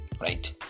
Right